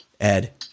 Ed